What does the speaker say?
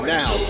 now